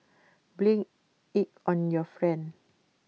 blame IT on your friend